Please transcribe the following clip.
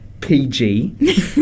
PG